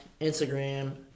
Instagram